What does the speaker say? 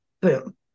boom